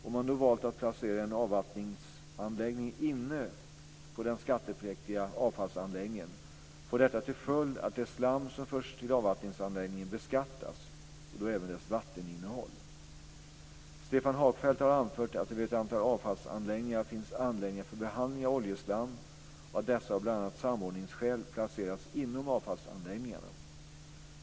Om man då valt att placera en avvattningsanläggning inne på den skattepliktiga avfallsanläggningen, får detta till följd att det slam som förs till avvattningsanläggningen beskattas, och då även dess vatteninnehåll. Stefan Hagfeldt har anfört att det vid ett antal avfallsanläggningar finns anläggningar för behandling av oljeslam och att dessa av bl.a. samordningsskäl placerats inom avfallsanläggningarna.